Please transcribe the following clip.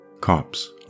Cops